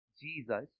Jesus